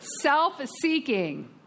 Self-seeking